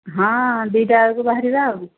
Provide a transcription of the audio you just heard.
ହଁ ଦୁଇଟା ବେଳକୁ ବାହାରିବା ଆଉ